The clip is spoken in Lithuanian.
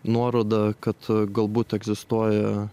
nuoroda kad galbūt egzistuoja